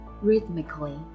rhythmically